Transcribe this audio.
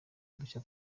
udushya